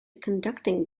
conducting